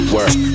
Work